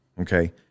okay